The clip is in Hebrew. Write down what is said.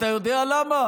אתה יודע למה?